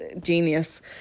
Genius